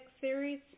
series